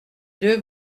deux